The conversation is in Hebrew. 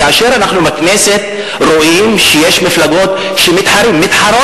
כאשר אנחנו בכנסת רואים שיש מפלגות שמתחרות